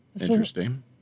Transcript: Interesting